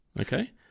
Okay